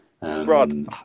Rod